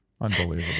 Unbelievable